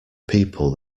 people